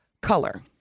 Color